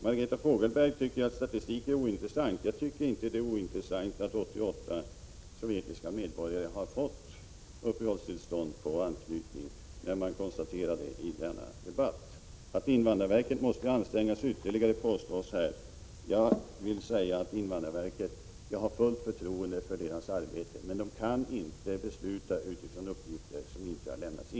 Margareta Fogelberg tycker att statistik är ointressant. Jag tycker inte att det är ointressant att vi i denna debatt kan konstatera att 88 sovjetiska medborgare har fått uppehållstillstånd på grund av anknytning till en i Sverige bosatt person. Det påstås här att invandrarverket måste anstränga sig ytterligare. Jag vill säga att jag har fullt förtroende för invandrarverkets arbete. Men invandrarverket kan inte besluta utifrån uppgifter som inte har lämnats.